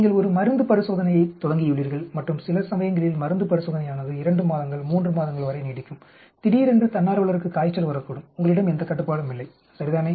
நீங்கள் ஒரு மருந்து பரிசோதனையைத் தொடங்கியுள்ளீர்கள் மற்றும் சில சமயங்களில் மருந்து பரிசோதனையானது 2 மாதங்கள் 3 மாதங்கள் வரை நீடிக்கும் திடீரென்று தன்னார்வலருக்கு காய்ச்சல் வரக்கூடும் உங்களிடம் எந்த கட்டுப்பாடும் இல்லை சரிதானே